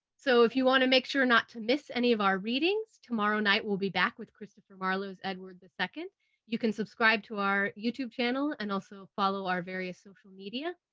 so if you want to make sure not to miss any of our readings tomorrow night we'll be back with christopher marlowe's edward the second you can subscribe to our youtube channel and also follow our various social media.